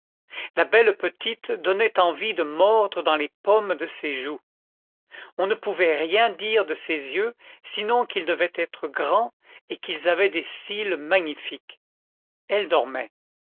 la belle petite donnait envie de mordre dans les pommes de ses joues on ne pouvait rien dire de ses yeux sinon qu'ils devaient être très grands et qu'ils avaient des cils magnifiques elle dormait